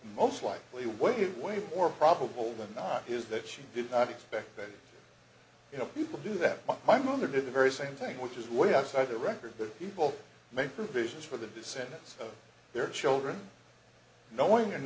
most likely way way more probable than not is that she did not expect that you know people do that but my mother did the very same thing which is way outside the record that people make provisions for the descendants of their children knowing